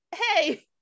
Hey